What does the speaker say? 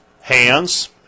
hands